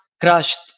crushed